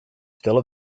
still